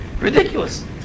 ridiculous